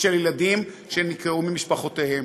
ושל ילדים שנקרעו ממשפחותיהם.